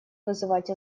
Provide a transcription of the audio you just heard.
вызывать